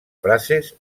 frases